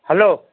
hello